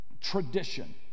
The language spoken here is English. Tradition